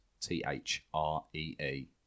T-H-R-E-E